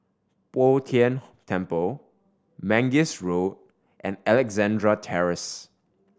Bo Tien Temple Mangis Road and Alexandra Terrace